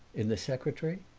in the secretary?